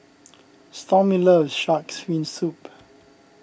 Stormy loves Shark's Fin Soup